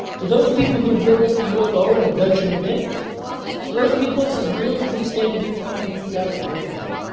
to those people who had witnessed the ufo and abduction events to those people it's as real as me standing here talking to you guys right now.